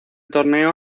torneo